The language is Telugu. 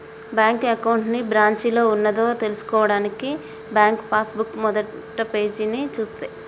బ్యాంకు అకౌంట్ ఏ బ్రాంచిలో ఉన్నదో తెల్సుకోవడానికి బ్యాంకు పాస్ బుక్ మొదటిపేజీని చూస్తే